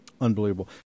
Unbelievable